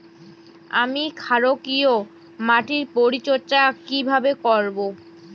আমি ক্ষারকীয় মাটির পরিচর্যা কিভাবে করব?